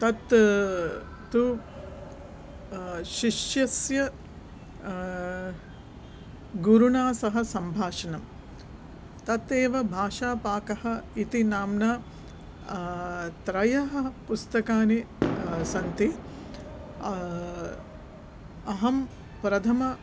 तत् तु शिष्यस्य गुरुणा सह संभाषणं तत् एव भाषापाकः इति नाम्ना त्रयः पुस्तकानि सन्ति अहं प्रथमं